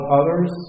others